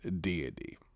deity